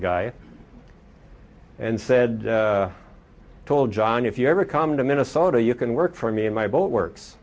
guy and said i told john if you ever come to minnesota you can work for me and my boat works